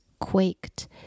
quaked